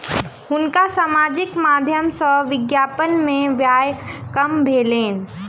हुनका सामाजिक माध्यम सॅ विज्ञापन में व्यय काम भेलैन